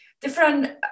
different